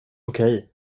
okej